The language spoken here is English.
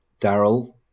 Daryl